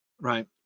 right